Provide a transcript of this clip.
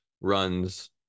runs